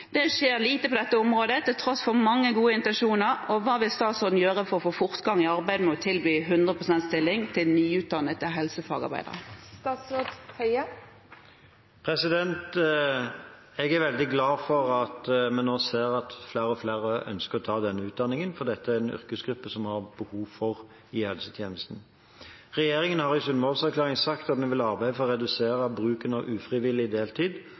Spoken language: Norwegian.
Det skjer lite på dette området til tross for mange gode intensjoner. Hva vil statsråden gjøre for å få fortgang i arbeidet med å tilby 100 pst. stillinger til nyutdannede helsefagarbeidere?» Jeg er veldig glad for at vi nå ser at flere og flere ønsker å ta denne utdanningen, for dette er en yrkesgruppe som vi har behov for i helsetjenesten. Regjeringen har i Sundvolden-erklæringen sagt at vi vil arbeide for å redusere bruken av ufrivillig deltid